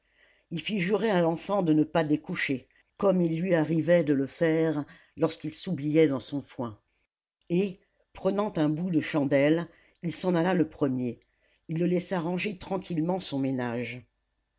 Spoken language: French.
il fit jurer à l'enfant de ne pas découcher comme il lui arrivait de le faire lorsqu'il s'oubliait dans son foin et prenant un bout de chandelle il s'en alla le premier il le laissa ranger tranquillement son ménage